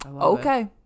Okay